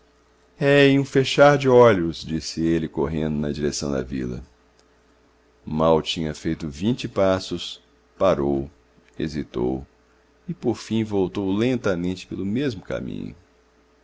é em um fechar de olhos disse ele correndo na direção da vila mal tinha feito vinte passos parou hesitou e por fim voltou lentamente pelo mesmo caminho